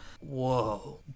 Whoa